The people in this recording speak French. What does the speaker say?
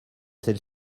celle